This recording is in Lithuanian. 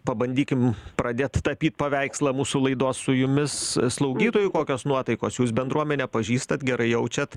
pabandykim pradėt tapyt paveikslą mūsų laidos su jumis slaugytojų kokios nuotaikos jūs bendruomenę pažįstat gerai jaučiat